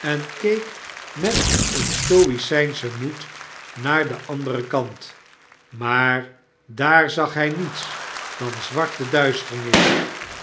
en keek met een stoicijnschen moed naar den anderen kant maar daar zag hij niets dan zwarte duisternis